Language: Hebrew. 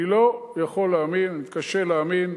אני לא יכול להאמין, אני מתקשה להאמין,